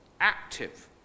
active